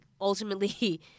ultimately